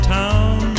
town